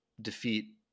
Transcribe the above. defeat